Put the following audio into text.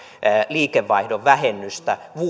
liikevaihdon vähennystä